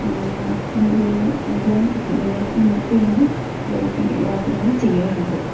അതുപോലെ എല്ലാം നിലനിർത്തിയാണ് ബൈക്ക് യാത്രകള് ചെയ്യാറുള്ളത്